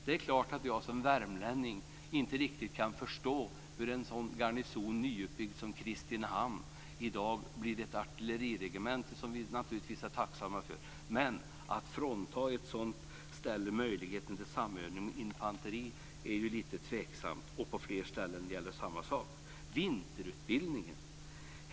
Det är klart att jag som värmlänning inte riktigt kan förstå hur en så nyutbyggd garnison som Kristinehamn nu ska bli ett artilleriregemente, som vi naturligtvis är tacksamma för. Men att frånta ett sådant ställe möjligheten till samövning med infanteri är ju lite tveksamt, och samma sak gäller på fler ställen. Den andra punkten är vinterutbildningen.